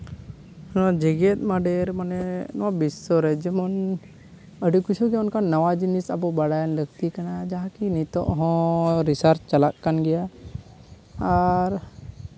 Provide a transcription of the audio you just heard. ᱱᱚᱣᱟ ᱡᱮᱜᱮᱛ ᱢᱟᱰᱮᱨ ᱢᱟᱱᱮ ᱱᱚᱣᱟ ᱵᱤᱥᱥᱚ ᱨᱮ ᱡᱮᱢᱚᱱ ᱟᱹᱰᱤ ᱠᱤᱪᱷᱩ ᱜᱮ ᱚᱱᱠᱟᱱ ᱱᱟᱣᱟ ᱡᱤᱱᱤᱥ ᱟᱵᱚ ᱵᱟᱲᱟᱭ ᱞᱟᱹᱠᱛᱤ ᱠᱟᱱᱟ ᱠᱤ ᱱᱤᱛᱚᱜ ᱦᱚᱸ ᱨᱤᱥᱟᱨᱪ ᱪᱟᱞᱟᱜ ᱠᱟᱱ ᱜᱮᱭᱟ ᱟᱨ